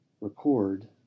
record